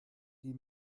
die